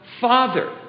Father